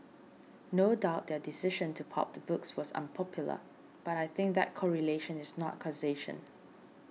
no doubt their decision to pulp the books was unpopular but I think that correlation is not causation